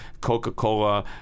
Coca-Cola